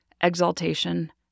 exaltation